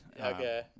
Okay